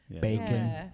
Bacon